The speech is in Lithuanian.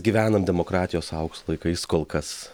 gyvenam demokratijos aukso laikais kol kas